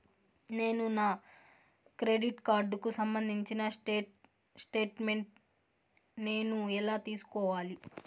నేను నా క్రెడిట్ కార్డుకు సంబంధించిన స్టేట్ స్టేట్మెంట్ నేను ఎలా తీసుకోవాలి?